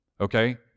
Okay